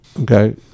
Okay